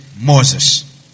Moses